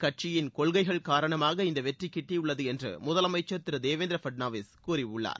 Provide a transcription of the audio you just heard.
கட்சியின் கொள்கைகள் காரணமாக இந்த வெற்றி கிட்டியுள்ளது என்று முதலமைச்சர் திரு தேவேந்திர பட்னாவிஸ் கூறியுள்ளார்